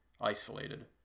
isolated